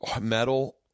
metal